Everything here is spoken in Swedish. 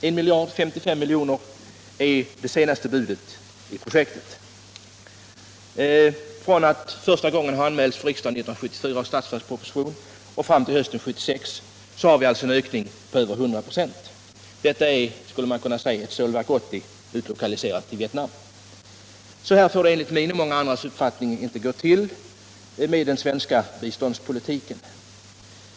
1055 milj.kr. är det senaste budet när det gäller projektet. Från den första anmälan för riksdagen i 1974 års statsverksproposition fram till hösten 1976 har vi alltså en ökning på över 100 926. Detta är, skulle man kunna säga, ett Stålverk 80 utlokaliserat till Vietnam. Så får det enligt min och andras uppfattning inte gå till i den svenska biståndspolitiken.